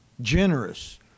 Generous